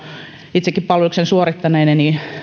itsekin palveluksen suorittaneena